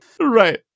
right